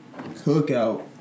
Cookout